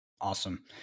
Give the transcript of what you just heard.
awesome